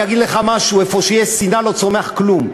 אני אגיד לך משהו: איפה שיש שנאה לא צומח כלום.